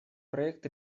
проект